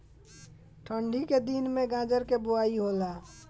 ठन्डी के दिन में गाजर के बोआई होला